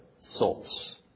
souls